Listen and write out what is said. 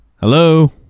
Hello